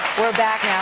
we're back